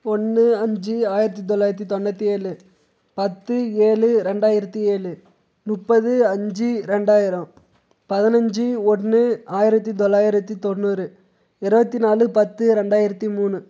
ஒன்று அஞ்சு ஆயிரத்து தொள்ளாயிரத்தி தொண்ணூற்றி ஏழு பத்து ஏழு ரெண்டாயிரத்து ஏழு முப்பது அஞ்சு ரெண்டாயிரம் பதினஞ்சு ஒன்று ஆயிரத்து தொள்ளாயிரத்தி தொண்ணூறு இருபத்தி நாலு பத்து ரெண்டாயிரத்து மூணு